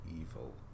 evil